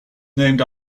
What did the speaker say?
named